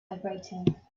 vibrating